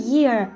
Year